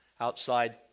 outside